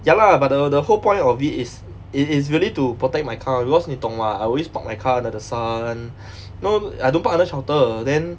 ya lah but the the whole point of it is it is really to protect my car because 你懂 what I always park my car under the sun no I don't park under shelter then